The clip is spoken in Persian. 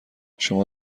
شما